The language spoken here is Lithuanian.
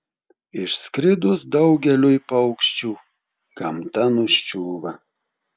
išskridus daugeliui paukščių gamta nuščiūva